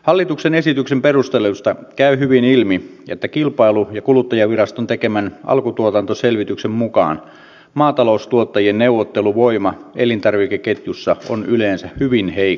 hallituksen esityksen perusteluista käy hyvin ilmi että kilpailu ja kuluttajaviraston tekemän alkutuotantoselvityksen mukaan maataloustuottajien neuvotteluvoima elintarvikeketjussa on yleensä hyvin heikko